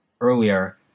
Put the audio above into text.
Earlier